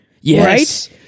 Yes